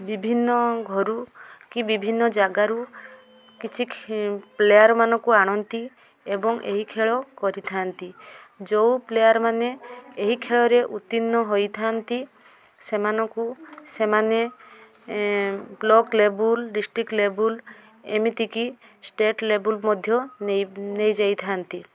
ବିଭିନ୍ନ ଘରୁ କି ବିଭିନ୍ନ ଯାଗାରୁ କିଛି ପ୍ଲେୟାରମାନଙ୍କୁ ଆଣନ୍ତି ଏବଂ ଏହି ଖେଳ କରିଥାନ୍ତି ଯେଉଁ ପ୍ଲେୟାରମାନେ ଏହି ଖେଳରେ ଉର୍ତ୍ତୀର୍ଣ୍ଣ ହୋଇଥାନ୍ତି ସେମାନଙ୍କୁ ସେମାନେ ବ୍ଲକ ଲେବୁଲ୍ ଡିଷ୍ଟ୍ରିକ୍ଟ ଲେବୁଲ୍ ଏମିତି କି ଷ୍ଟେଟ ଲେବୁଲ୍ ମଧ୍ୟ ନେଇ ନେଇ ଯାଇ ଥାଆନ୍ତି